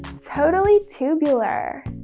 totally tubular.